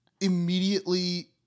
immediately